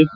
F